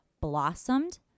blossomed